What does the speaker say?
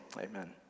Amen